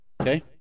Okay